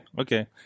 okay